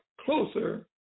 closer